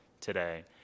today